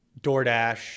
DoorDash